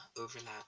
overlap